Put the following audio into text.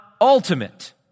ultimate